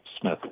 Smith